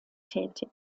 tätig